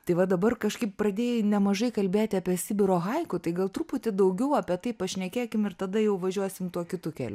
tai va dabar kažkaip pradėjai nemažai kalbėti apie sibiro haiku tai gal truputį daugiau apie tai pašnekėkim ir tada jau važiuosim tuo kitu keliu